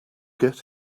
get